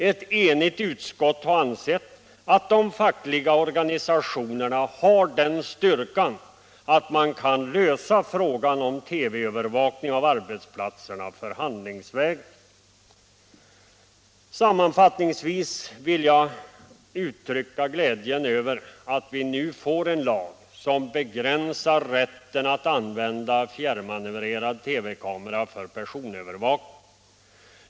Ett enigt utskott har ansett att de fackliga organisationerna har den styrkan att de förhandlingsvägen kan lösa problemet med TV-övervakning av arbetsplatserna. Samtidigt vill jag understryka glädjen över att vi nu får en lag, som begränsar rätten att använda fjärrmanövrerade TV-kameror för personövervakning.